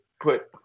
put